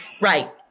Right